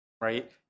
right